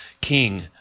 king